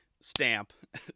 stamp